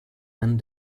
end